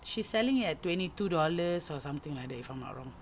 she selling at twenty two dollars or something like that if I'm not wrong